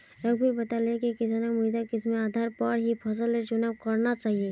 रघुवीर बताले कि किसानक मृदा किस्मेर आधार पर ही फसलेर चुनाव करना चाहिए